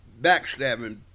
backstabbing